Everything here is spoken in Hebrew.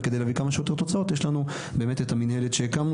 וכדי להביא כמה שיותר תוצאות יש לנו באמת את המינהלת שהקמנו,